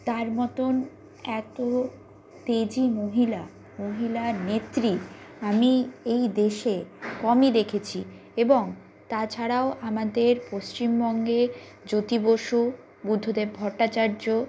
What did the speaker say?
তার মতন এত তেজি মহিলা মহিলা নেত্রী আমি এই দেশে কমই দেখেছি এবং তাছাড়াও আমাদের পশ্চিমবঙ্গে জ্যোতি বসু বুদ্ধদেব ভট্টাচার্য